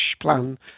plan